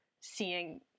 seeing